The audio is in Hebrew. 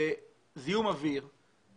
זיהום אוויר,